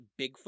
Bigfoot